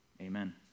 amen